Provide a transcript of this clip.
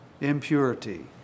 impurity